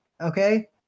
okay